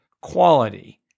quality